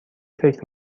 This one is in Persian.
فکر